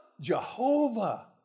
Jehovah